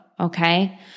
Okay